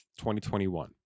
2021